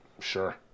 Sure